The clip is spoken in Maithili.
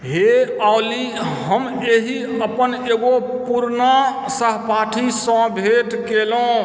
हे ऑली हम एहि अपन एगो पुरना सहपाठीसँ भेट केलहुँ